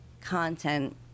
content